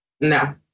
No